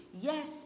Yes